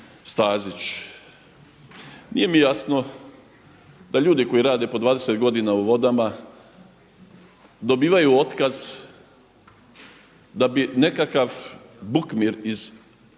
Stazić. Nije mi jasno da ljudi koji rade po 20 godina u Vodama dobivaju otkaz da bi nekakav Bukmir iz Metkovića